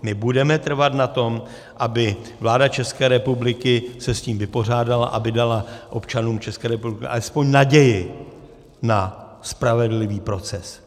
My budeme trvat na tom, aby vláda České republiky se s tím vypořádala, aby dala občanům České republiky alespoň naději na spravedlivý proces.